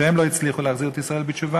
שלא הצליחו להחזיר את ישראל בתשובה,